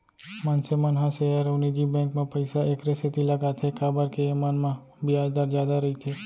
मनसे मन ह सेयर अउ निजी बेंक म पइसा एकरे सेती लगाथें काबर के एमन म बियाज दर जादा रइथे